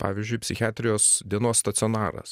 pavyzdžiui psichiatrijos dienos stacionaras